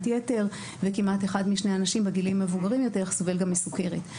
יתר וכמעט אחד משני אנשים בגילים מבוגרים יותר סובל גם מסוכרת.